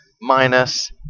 minus